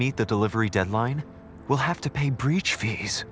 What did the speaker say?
meet the delivery deadline we'll have to pay breech fees